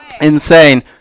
Insane